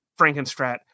Frankenstrat